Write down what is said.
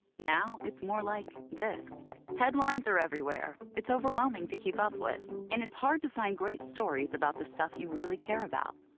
now it's more like this. headlines are everywhere. it's overwhelming to keep up with, and it's hard to find great stories about the stuff you really care about.